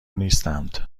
نیستند